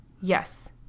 Yes